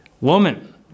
Woman